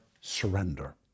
surrender